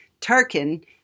Tarkin